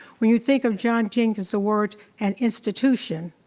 when you think of john jenkins, the words, an institution,